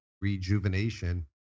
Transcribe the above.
rejuvenation